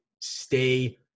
stay